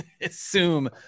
assume